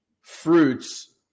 fruits